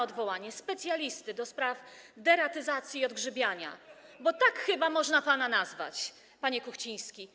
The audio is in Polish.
Odwołanie pana, specjalisty do spraw deratyzacji i odgrzybiania, bo tak chyba można pana nazwać, panie Kuchciński.